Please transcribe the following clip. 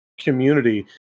community